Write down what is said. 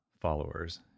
followers